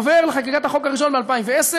עובר לחקיקת החוק הראשון מ-2010,